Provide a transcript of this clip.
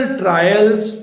trials